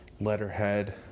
letterhead